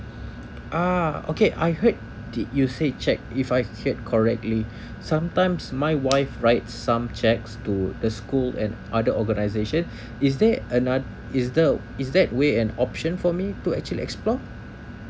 ah okay I heard did you say cheque if I heard correctly sometimes my wife write some checks to the school and other organisation is there ano~ is there is that way an option for me to actually explore